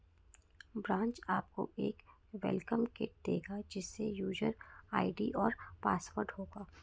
branch आपको एक welcome kit देगा जिसमे यूजर आई.डी और पासवर्ड होगा